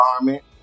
environment